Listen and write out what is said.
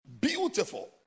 beautiful